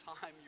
time